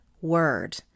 word